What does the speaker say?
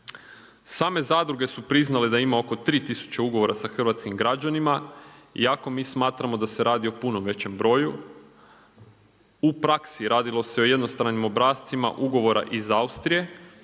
Same zadruge su priznale da ima oko 3 tisuće ugovora sa hrvatskim građanima iako mi smatramo da se radi o puno većem broju. U praksi radilo se o jednostranim obrascima ugovora iz Austrije